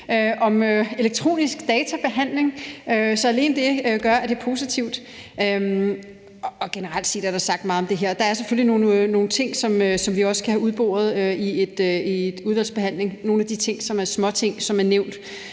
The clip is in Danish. om elektronisk databehandling. Så alene det gør, at det er positivt. Generelt set er der sagt meget om det her. Der er selvfølgelig nogle ting, som vi også skal have udboret i udvalgsbehandlingen – nogle af de ting, som er småting, og som også er nævnt